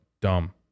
Dumb